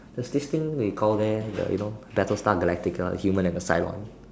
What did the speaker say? there is this thing what you call there the you know battle star galactically human and the cylon